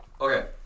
Okay